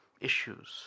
issues